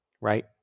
right